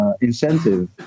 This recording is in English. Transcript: incentive